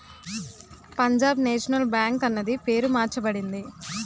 Punjab National Bank అన్నది పేరు మార్చబడింది